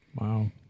Wow